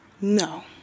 No